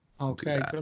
okay